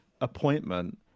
appointment